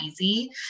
easy